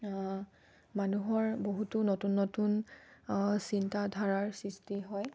মানুহৰ বহুতো নতুন নতুন চিন্তাধাৰাৰ সৃষ্টি হয়